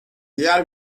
diğer